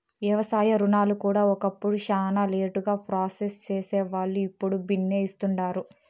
వ్యవసాయ రుణాలు కూడా ఒకప్పుడు శానా లేటుగా ప్రాసెస్ సేసేవాల్లు, ఇప్పుడు బిన్నే ఇస్తుండారు